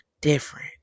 different